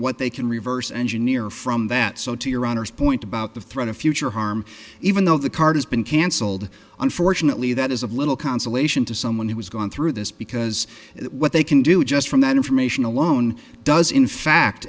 what they can reverse engineer from that so to your honor's point about the threat of future harm even though the card has been cancelled unfortunately that is of little consolation to someone who has gone through this because what they can do just from that information alone does in fact